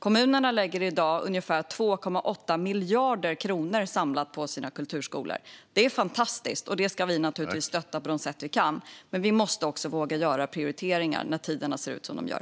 Samlat lägger kommunerna i dag ungefär 2,8 miljarder kronor på sina kulturskolor. Det är fantastiskt, och det ska vi naturligtvis stötta på de sätt vi kan. Men vi måste också våga göra prioriteringar när tiderna ser ut som de gör.